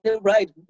right